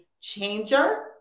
changer